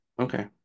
Okay